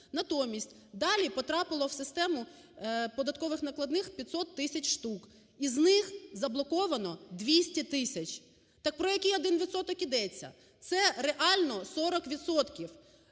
натомість далі потрапило в систему податкових накладних 500 тисяч штук, із них заблоковано 200 тисяч. Так про який один відсоток йдеться? Це реально 40